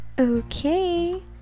okay